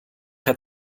hat